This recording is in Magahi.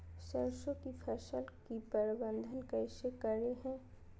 सरसों की फसल पर की प्रबंधन कैसे करें हैय?